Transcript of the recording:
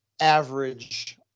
average